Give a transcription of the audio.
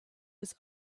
his